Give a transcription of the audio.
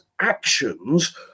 actions